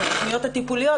את התכניות הטיפוליות,